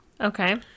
Okay